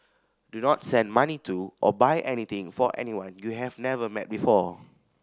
do not send money to or buy anything for anyone you have never met before